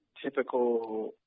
typical